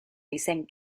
queso